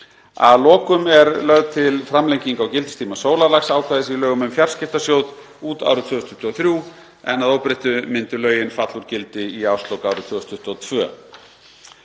Að lokum er lögð til framlenging á gildistíma sólarlagsákvæðis í lögum um fjarskiptasjóð, út árið 2023. Að óbreyttu myndu lögin falla úr gildi í árslok árið 2022.